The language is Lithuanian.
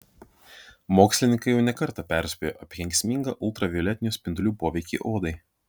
mokslininkai jau ne kartą perspėjo apie kenksmingą ultravioletinių spindulių poveikį odai